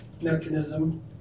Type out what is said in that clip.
mechanism